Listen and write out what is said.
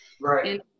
Right